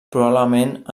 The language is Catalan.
probablement